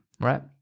right